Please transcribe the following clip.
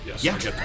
Yes